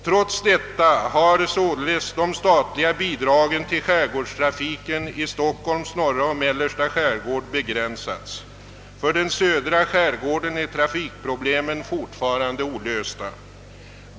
Trots detta har således de statliga bidragen till skärgårdstrafiken i Stockholms norra och mellersta skärgård begränsats. För den södra skärgården är trafikproblemen fortfarande olösta.